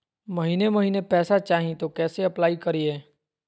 महीने महीने पैसा चाही, तो कैसे अप्लाई करिए?